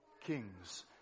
kings